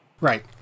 right